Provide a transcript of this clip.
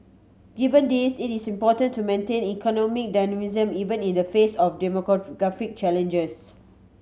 given this it is important to maintain economic dynamism even in the face of demographic challenges